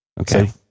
Okay